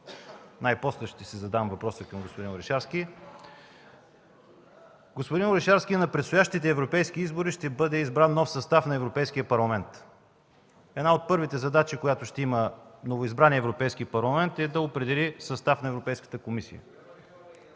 Най-после ще задам въпроса си към господин Орешарски. Господин Орешарски, на предстоящите европейски избори ще бъде избран нов състав на Европейския парламент. Една от първите задачи, която ще има новоизбраният Европейски парламент, е да определи състав на Европейката комисия.